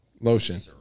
Lotion